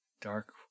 dark